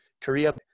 Korea